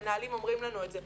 המנהלים אומרים לנו את זה.